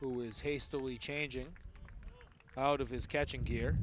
who is hastily changing out of his catching gear